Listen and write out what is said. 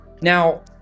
Now